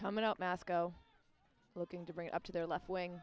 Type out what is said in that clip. coming up masco looking to bring up to their left wing